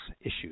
issues